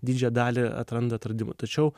didžiąją dalį atranda atradimų tačiau